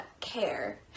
care